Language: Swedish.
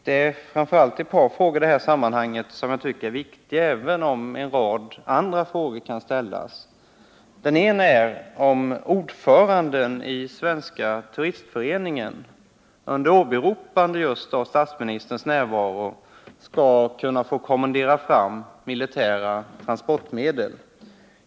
Det är främst ett par frågor som jag tycker är viktiga, även om också en rad andra kan ställas. En fråga är om ordföranden i Svenska turistföreningen, under åberopande av statsministerns närvaro, skall få kommendera fram militära transportmedel.